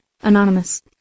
Anonymous